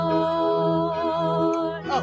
Lord